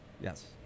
Yes